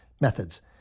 Methods